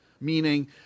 meaning